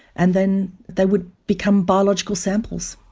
and then they would become biological samples.